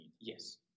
Yes